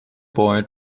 boy